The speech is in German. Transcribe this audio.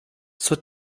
zur